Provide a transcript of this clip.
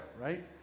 right